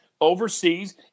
overseas